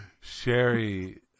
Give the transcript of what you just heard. Sherry